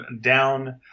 down